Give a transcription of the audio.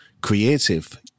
creative